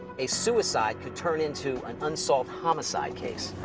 a suicide can turn into an unsolved homicide case.